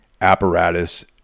apparatus